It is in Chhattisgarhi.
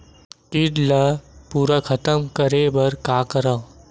कीट ला पूरा खतम करे बर का करवं?